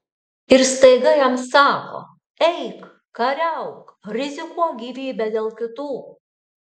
ir staiga jam sako eik kariauk rizikuok gyvybe dėl kitų